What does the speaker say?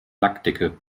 lackdicke